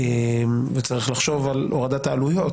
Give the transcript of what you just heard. וצריך לחשוב על הורדת העלויות,